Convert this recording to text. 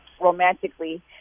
romantically